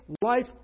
life